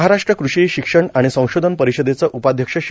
महाराष्ट्र कृषी शिक्षण आणि संशोधन परिषदेचं उपाध्यक्ष श्री